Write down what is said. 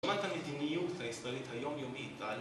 המדיניות היום יומית טל